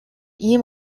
ийм